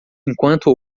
enquanto